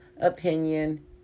opinion